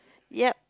yep